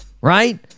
right